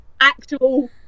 actual